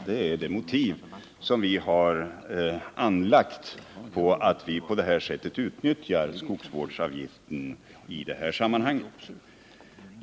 Detta är det motiv som har väglett oss när vi på det här sättet vill utnyttja skogsvårdsavgiften.